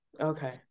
okay